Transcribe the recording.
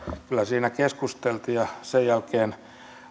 kyllä siinä keskusteltiin ja sen jälkeen